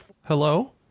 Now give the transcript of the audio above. Hello